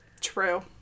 True